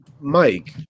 Mike